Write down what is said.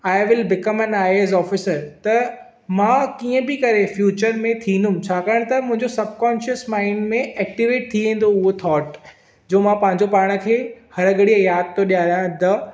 I will become an I A S officer त मां कीअं बि करे फ्यूचर में थींदुम छाकाणि त मुंहिंजे सबकांशियस माइंड में एक्टीवेट थी वेंदो उहो थॉट जो मां पंहिंजो पाण खे हर घड़ीअ यादि थो डि॒यारियां द